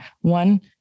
One